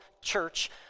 church